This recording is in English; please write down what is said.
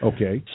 Okay